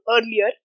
earlier